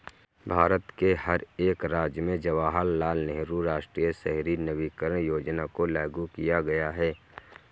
भारत के हर एक राज्य में जवाहरलाल नेहरू राष्ट्रीय शहरी नवीकरण योजना को लागू किया गया है